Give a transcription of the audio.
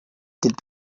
did